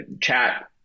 chat